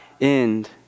end